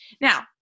Now